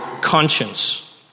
conscience